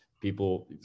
people